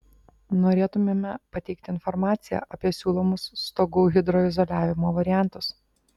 norėtumėme pateikti informaciją apie siūlomus stogų hidroizoliavimo variantus